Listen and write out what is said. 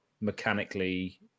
mechanically